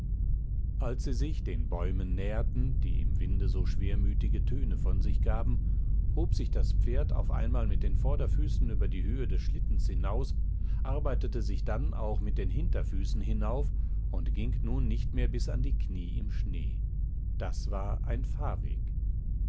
als sie sich den bäumen näherten die im winde so schwermütige töne von sich gaben hob sich das pferd auf einmal mit den vorderfüßen über die höhe des schlittens hinaus arbeitete sich dann auch mit den hinterfüßen hinauf und ging nun nicht mehr bis an die knie im schnee das war ein fahrweg